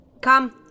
Come